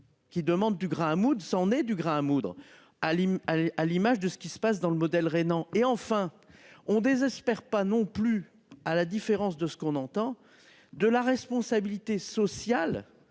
Qui demande du grain à moudre s'du grain à moudre Alim. À l'image de ce qui se passe dans le modèle rhénan et enfin on désespère pas non plus à la différence de ce qu'on entend de la responsabilité sociale